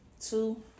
two